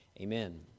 Amen